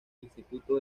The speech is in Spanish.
instituto